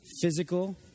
Physical